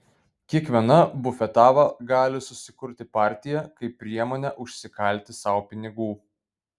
kiekviena bufetava gali susikurti partiją kaip priemonę užsikalti sau pinigų